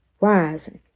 rising